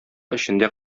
эчендә